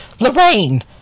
Lorraine